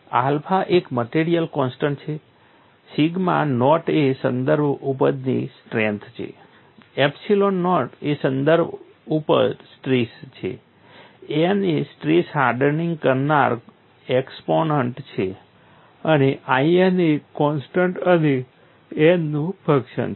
alpha એક material constant છે sigma naught એ સંદર્ભ ઉપજની સ્ટ્રેંથ છે એપ્સિલોન નોટ એ સંદર્ભ ઉપજ સ્ટ્રેસ છે n એ સ્ટ્રેઇન હાર્ડનિંગ કરનાર એક્સપોનન્ટ છે અને In એ કોન્સ્ટન્ટ અને n નું ફંકશન છે